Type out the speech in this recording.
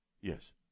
Yes